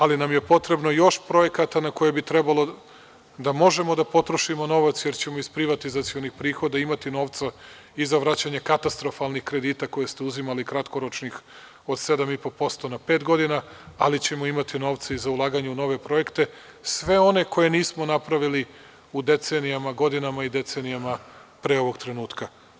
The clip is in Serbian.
Ali potrebno nam je još projekata na koje bi trebalo da možemo da potražimo novac, jer ćemo iz privatizacionih prihoda imati novca i za vraćanje katastrofalnih kredita koje ste uzimali, kratkoročnih od 7,5% na pet godina, ali ćemo imati novca i za ulaganje u nove projekte, sve one koje nismo napravili decenijama, godinama pre ovog trenutka.